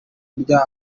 kurya